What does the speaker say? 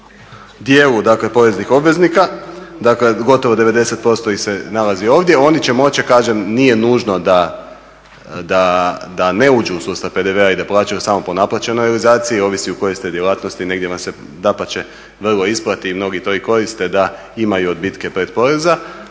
dijelu dakle poreznih obveznika, dakle gotovo 90% ih se nalazi ovdje. Oni će moći, kažem nije nužno da ne uđu u sustav PDV-a i da plaćaju samo po naplaćenoj realizaciji, ovisi u kojoj ste djelatnosti, negdje vam se dapače vrlo isplati i mnogi to i koriste da imaju odbitke predporeza,